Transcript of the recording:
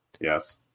yes